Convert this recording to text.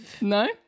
No